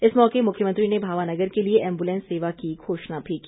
इस मौके मुख्यमंत्री ने भावानगर के लिए एम्बूलेंस सेवा की घोषणा भी की